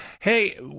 hey